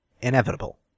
inevitable